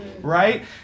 right